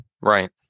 Right